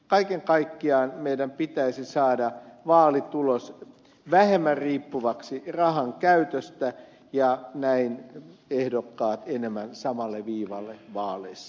kaiken kaikkiaan meidän pitäisi saada vaalitulos vähemmän riippuvaksi rahan käytöstä ja näin ehdokkaat enemmän samalle viivalle vaaleissa